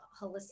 holistic